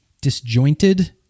disjointed